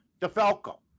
DeFalco